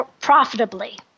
profitably